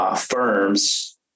Firms